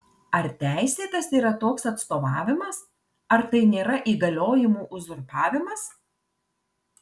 ar teisėtas yra toks atstovavimas ar tai nėra įgaliojimų uzurpavimas